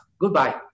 Goodbye